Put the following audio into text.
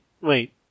Wait